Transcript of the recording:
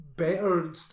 Better